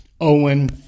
Owen